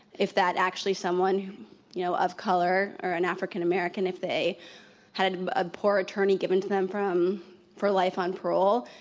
if that's actually someone, you know, of color or an african american, if they had a poor attorney given to them from for life on parole,